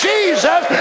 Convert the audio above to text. Jesus